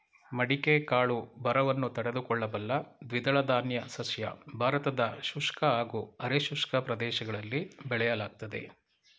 ಮಡಿಕೆ ಕಾಳು ಬರವನ್ನು ತಡೆದುಕೊಳ್ಳಬಲ್ಲ ದ್ವಿದಳಧಾನ್ಯ ಸಸ್ಯ ಭಾರತದ ಶುಷ್ಕ ಹಾಗೂ ಅರೆ ಶುಷ್ಕ ಪ್ರದೇಶಗಳಲ್ಲಿ ಬೆಳೆಯಲಾಗ್ತದೆ